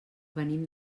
venim